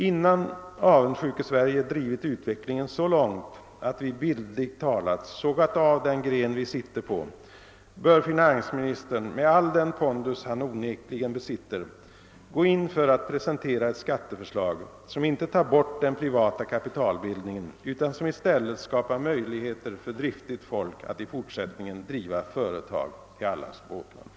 Innan Avundsjuke-Sverige har drivit utvecklingen så långt att vi bildligt talat sågat av den gren vi sitter på bör finansministern, med all den pondus han onekligen besitter, försöka presentera ett skatteförslag som inte tar bort den privata kapitalbildningen utan i stället skapar möjligheter för driftigt folk att i fortsättningen driva företag till allas båtnad.